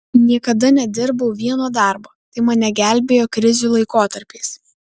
niekada nedirbau vieno darbo tai mane gelbėjo krizių laikotarpiais